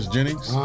Jennings